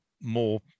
more